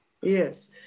Yes